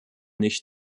nicht